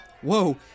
Whoa